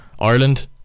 Ireland